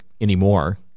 anymore